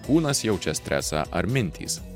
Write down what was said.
kūnas jaučia stresą ar mintys